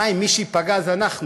חיים, מי שייפגע זה אנחנו.